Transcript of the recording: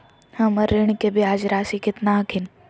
हमर ऋण के ब्याज रासी केतना हखिन?